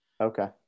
okay